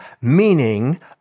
meaning